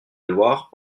loire